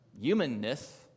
humanness